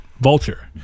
vulture